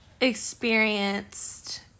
experienced